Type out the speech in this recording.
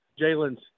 Jalen's